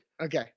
okay